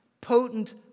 potent